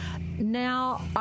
Now